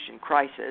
crisis